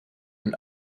und